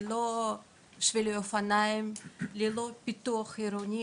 ללא שבילי אופניים, ללא פיתוח עירוני.